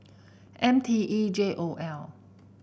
M T E J O L